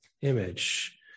image